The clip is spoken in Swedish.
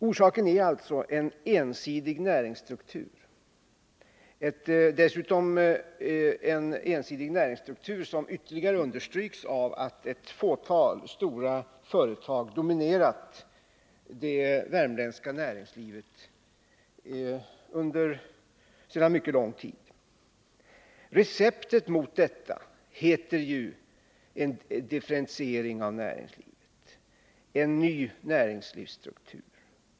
Orsaken till dessa är alltså en ensidig näringsstruktur, vars ensidighet understryks av att ett fåtal stora företag dominerar det värmländska näringslivet sedan mycket lång tid tillbaka. Receptet mot detta heter ju differentiering av näringslivet — en ny näringslivsstruktur.